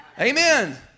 Amen